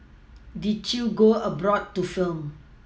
did you go abroad to film